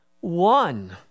one